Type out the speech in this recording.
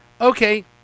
Okay